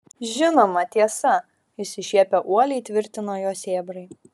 žinoma tiesa išsišiepę uoliai tvirtino jo sėbrai